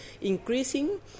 increasing